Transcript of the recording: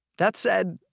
that said,